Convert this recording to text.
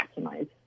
maximize